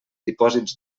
dipòsits